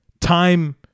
time